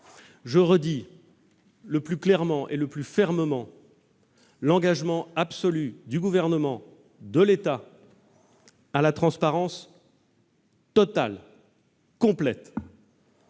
Je redis le plus clairement et le plus fermement possible l'engagement absolu du Gouvernement à la transparence totale, complète.